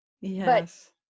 yes